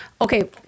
Okay